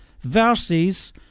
versus